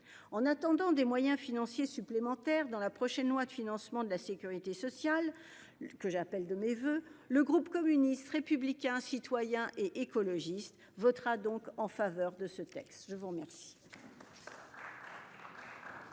en attendant des moyens financiers supplémentaires dans la prochaine loi de financement de la Sécurité sociale. Que j'appelle de mes voeux. Le groupe communiste, républicain, citoyen et écologiste votera donc en faveur de ce texte. Je vous remercie.